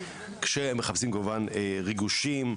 כשמחפשים כמובן ריגושים,